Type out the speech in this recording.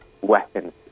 weapons